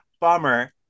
bummer